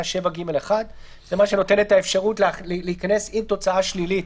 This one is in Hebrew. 7(ג1);" זה מה שנותן את האפשרות להיכנס עם תוצאה שלילית